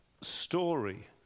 story